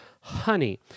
Honey